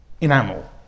Enamel